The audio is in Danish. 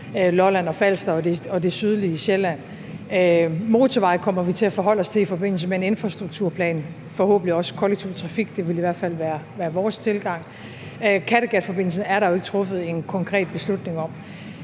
Lolland og Falster og det sydlige Sjælland. Motorveje kommer vi til at forholde os til i forbindelse med en infrastrukturplan, forhåbentlig også kollektiv trafik – det vil i hvert fald være vores tilgang. Kattegatforbindelsen er der jo ikke truffet en konkret beslutning om.